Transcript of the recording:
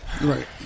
right